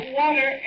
water